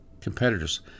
competitors